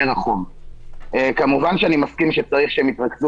החוב המוסכם ולא במהלך חד-צדדי כשאתה בעיכוב